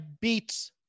beats